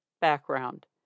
background